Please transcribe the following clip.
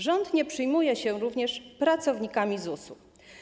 Rząd nie przejmuje się również pracownikami ZUS-u.